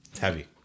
heavy